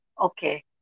Okay